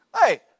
Hey